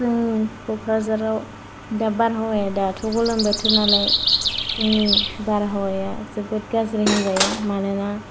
जोंनि क'क्राझाराव दा बार हावाया दाथ' गोलोम बोथोर नालाय जोंनि बार हावाया जोबोद गाज्रि होनजायो मानोना